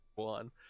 one